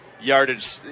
yardage